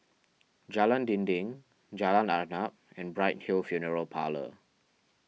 Jalan Dinding Jalan Arnap and Bright Hill Funeral Parlour